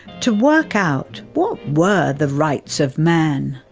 to work out what were the rights of man.